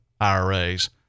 IRAs